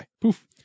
Poof